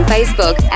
Facebook